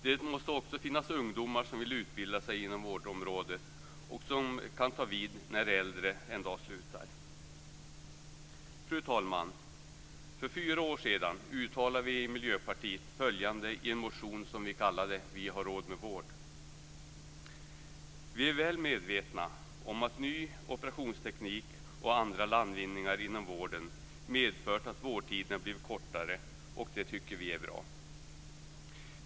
Det måste också finnas ungdomar som vill utbilda sig inom vårdområdet och som kan ta vid när de äldre en dag slutar. Fru talman! För fyra år sedan uttalade vi i Miljöpartiet följande i en motion som vi kallade Vi har råd med vård: "Vi är väl medvetna om att ny operationsteknik och andra landvinningar inom vården medfört att vårdtiderna blivit kortare, och det tycker vi är bra.